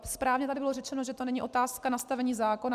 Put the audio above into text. Správně tady bylo řečeno, že to není otázka nastavení zákona.